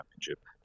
championship